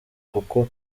kuko